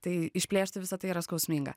tai išplėšti visa tai yra skausminga